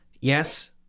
Yes